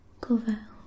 cover